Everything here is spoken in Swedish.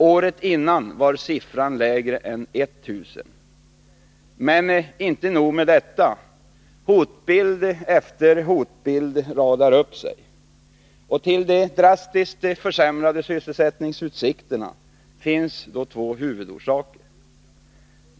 Året innan var siffran lägre än 1 000. Men inte nog med detta: hotbild efter hotbild radar upp sig. Till de drastiskt försämrade sysselsättningsutsikterna finns två huvudorsaker.